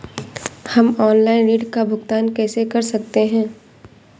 हम ऑनलाइन ऋण का भुगतान कैसे कर सकते हैं?